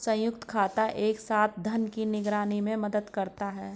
संयुक्त खाता एक साथ धन की निगरानी में मदद करता है